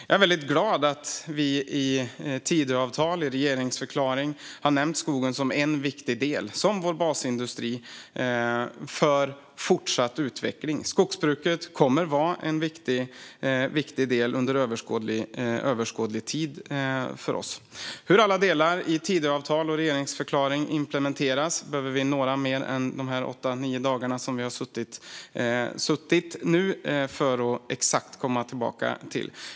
Jag är väldigt glad att vi i Tidöavtalet och i regeringsförklaringen har nämnt skogen som en viktig del av vår basindustri för fortsatt utveckling. Skogsbruket kommer att vara en viktig del under överskådlig tid för oss. Hur alla delar i Tidöavtalet och regeringsförklaringen implementeras behöver vi några mer dagar för att exakt komma tillbaka till än de åtta nio dagar som vi nu suttit vid makten.